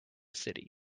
city